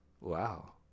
Wow